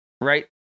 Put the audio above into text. right